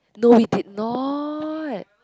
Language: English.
no we did not